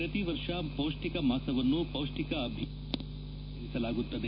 ಪ್ರತಿವರ್ಷ ಪೌಷ್ತಿಕ ಮಾಸವನ್ನು ಪೌಷ್ತಿಕ ಅಭಿಯಾನವಾಗಿ ಆಚರಿಸಲಾಗುತ್ತದೆ